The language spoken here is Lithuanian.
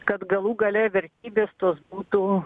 kad galų gale vertybės tos būtų